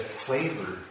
flavor